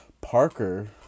Parker